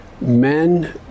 men